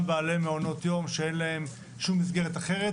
בעלי מעונות יום שאין להם שום מסגרת אחרת.